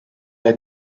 had